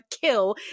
kill